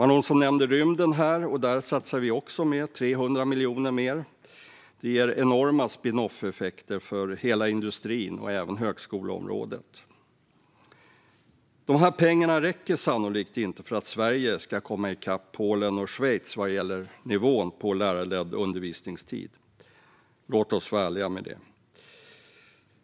Någon nämnde rymden. Där satsar vi också mer, 300 miljoner mer. Det ger enorma spinoff-effekter för hela industrin och även på högskoleområdet. De här pengarna räcker sannolikt inte för att Sverige ska komma i kapp Polen och Schweiz vad gäller nivån på lärarledd undervisningstid; låt oss vara ärliga med det.